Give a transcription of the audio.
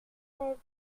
cet